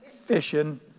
fishing